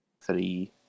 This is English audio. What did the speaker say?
three